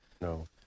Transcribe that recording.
no